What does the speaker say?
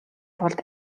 тулд